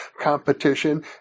competition